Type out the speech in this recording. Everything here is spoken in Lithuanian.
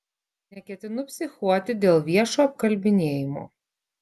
neketinu psichuoti dėl viešo apkalbinėjimo